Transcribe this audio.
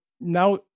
now